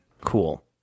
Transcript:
cool